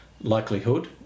likelihood